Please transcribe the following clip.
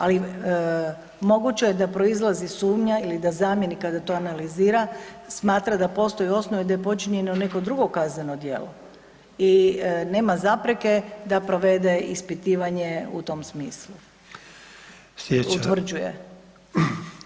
Ali moguće je da proizlazi sumnja ili da zamjenik kada to analizira, smatra da postoje osnove da je počinjeno neko drugo kazneno djelo i nema zapreke da provede ispitivanje u tom smislu, [[Upadica: Sljedeća…]] Utvrđuje.